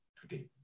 today